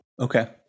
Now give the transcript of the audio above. okay